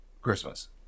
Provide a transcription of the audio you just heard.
Christmas